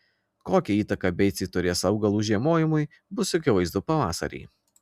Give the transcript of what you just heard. kokią įtaką beicai turės augalų žiemojimui bus akivaizdu pavasarį